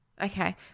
Okay